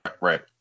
right